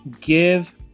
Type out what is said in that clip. give